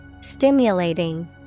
Stimulating